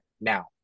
now